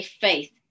faith